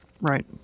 Right